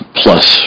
plus